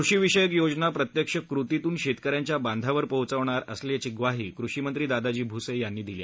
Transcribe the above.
कृषीविषयक योजना प्रत्यक्ष कृतीतून शेतकऱ्यांच्या बांधावर पोहोचवणार असल्याची ग्वाही कृषीमंत्री दादाजी भूसे यांनी दिली